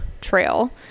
trail